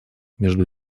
между